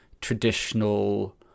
traditional